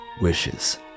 wishes